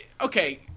okay –